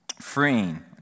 freeing